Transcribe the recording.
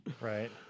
Right